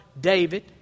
David